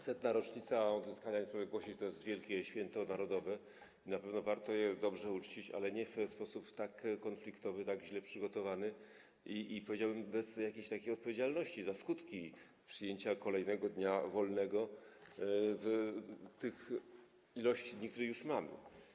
100. rocznica odzyskania niepodległości to jest wielkie święto narodowe i na pewno warto je dobrze uczcić, ale nie w sposób tak konfliktowy, tak źle przygotowany i, powiedziałbym, bez jakiejś takiej odpowiedzialności za skutki przyjęcia kolejnego dnia wolnego wobec ilości dni, które już mamy.